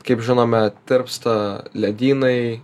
kaip žinome tirpsta ledynai